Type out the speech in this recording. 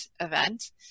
event